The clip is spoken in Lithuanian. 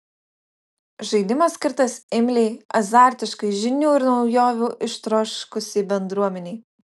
žaidimas skirtas imliai azartiškai žinių ir naujovių ištroškusiai bendruomenei